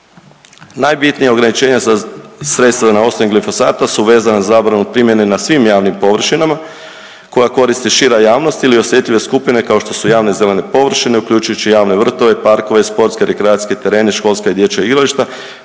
Najbitnija ograničenja … sredstva na osnovi glifosata su vezana za zabranu primjene na svim javnim površinama koja koristi šira javnost ili osjetljive skupine kao što su javne zelene površine uključujući javne vrtove, parkove, sportske i rekreacijske terene, školska i dječja igrališta,